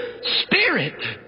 spirit